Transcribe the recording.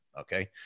okay